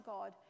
God